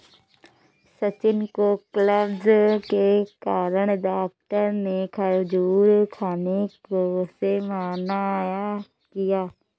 सचिन को कब्ज के कारण डॉक्टर ने खजूर खाने से मना किया